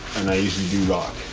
and i usually do rock